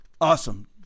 awesome